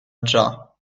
già